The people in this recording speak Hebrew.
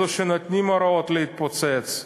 אלה שנותנים הוראות להתפוצץ,